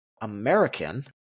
American